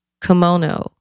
kimono